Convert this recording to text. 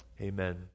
Amen